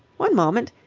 one moment.